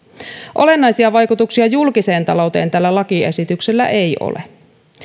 olennaisia vaikutuksia julkiseen talouteen tällä lakiesityksellä ei ole